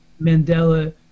Mandela